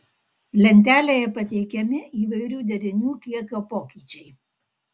lentelėje pateikiami įvairių derinių kiekio pokyčiai